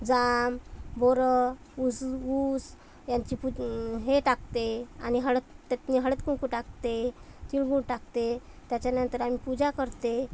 जाम बोरं ऊसू ऊस यांची पुत् हे टाकते आणि हळद त्यातनी हळदकुंकू टाकते तिळगूळ टाकते त्याच्यानंतर आम्ही पूजा करते